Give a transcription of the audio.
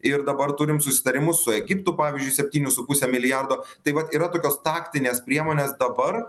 ir dabar turim susitarimus su egiptu pavyzdžiui septynių su puse milijardo tai vat yra tokios taktinės priemonės dabar